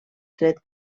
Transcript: tret